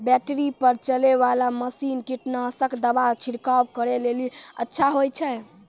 Battery पर चलै वाला मसीन कीटनासक दवा छिड़काव करै लेली अच्छा होय छै?